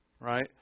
right